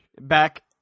back